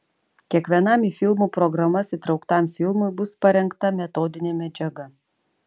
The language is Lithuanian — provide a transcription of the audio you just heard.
kiekvienam į filmų programas įtrauktam filmui bus parengta metodinė medžiaga